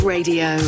Radio